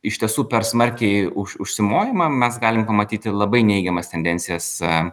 iš tiesų per smarkiai už užsimojima mes galim pamatyti labai neigiamas tendencijas